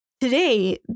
Today